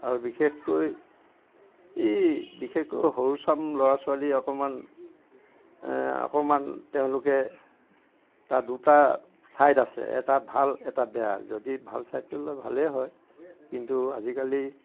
আৰু বিশেষকৈ এই বিশেষকৈ সৰুচাম ল'ৰা ছোৱালী অকণমান অকণমান তেওঁলোকে এতিয়া দুটা ছাইড আছে এটা ভাল এটা বেয়া যদি ভাল ছাইডটো লয় ভালে হয় কিন্তু আজিকালি